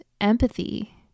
empathy